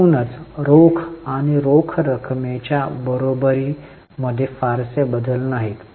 एकूणच रोख आणि रोख रकमेच्या बरोबरी मध्ये फारसे बदल नाहीत